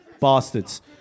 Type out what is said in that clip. bastards